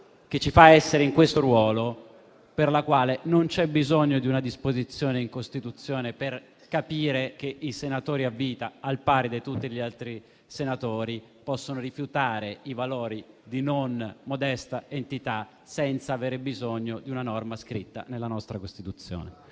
che ricopre e, dunque, non c'è bisogno di una disposizione in Costituzione per capire che i senatori a vita, al pari di tutti gli altri senatori, possono rifiutare i doni di non modesta entità, senza avere bisogno di una norma scritta nella nostra Costituzione.